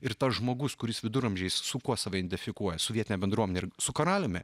ir tas žmogus kuris viduramžiais su kuo save identifikuoja su vietine bendruomene ir su karaliumi